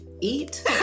eat